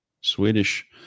swedish